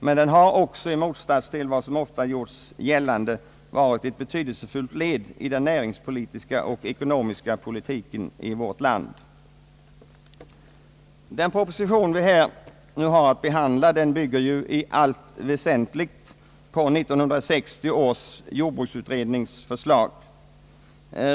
Men den har också i motsats till vad som ofta gjorts gällande varit ett betydelsefullt led i den näringspolitiska och ekonomiska politiken i vårt land. Den proposition vi nu har att behandla bygger i allt väsentligt på 1960 års jordbruksutrednings förslag.